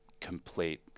complete